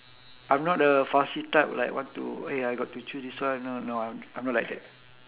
I'm not a fussy type like what to eh I got to choose this one no no I'm not like that